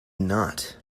not